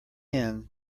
end